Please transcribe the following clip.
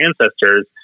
ancestors